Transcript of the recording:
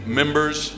members